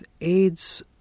AIDS